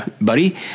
buddy